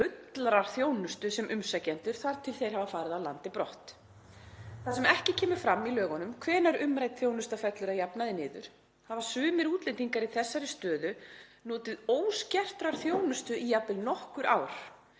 fullrar þjónustu sem umsækjendur þar til þeir hafa farið af landi brott. Þar sem ekki kemur fram í lögunum hvenær umrædd þjónusta fellur að jafnaði niður hafa sumir útlendingar í þessari stöðu notið óskertrar þjónustu í jafnvel nokkur ár